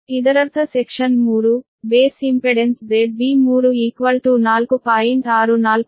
ಇದರರ್ಥ section 3 base impedance ZB3 4